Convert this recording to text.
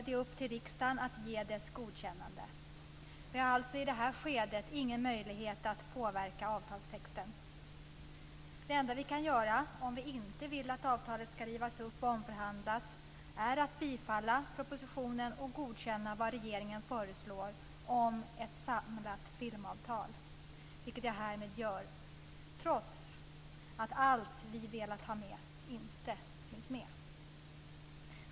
Det är upp till riksdagen att ge sitt godkännande. Det finns alltså i detta skede ingen möjlighet att påverka avtalstexten. Det enda vi kan göra om vi inte vill att avtalet ska rivas upp och omförhandlas är att bifalla propositionen och godkänna vad regeringen föreslår om ett samlat filmavtal, vilket jag härmed gör, trots att allt vi velat ha med inte finns med.